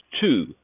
two